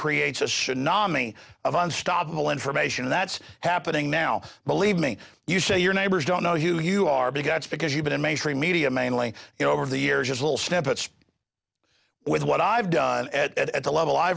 nami of unstoppable information that's happening now believe me you say your neighbors don't know who you are because that's because you've been in mainstream media mainly you know over the years as little snippets with what i've done at at the level i